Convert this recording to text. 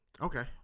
Okay